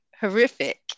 horrific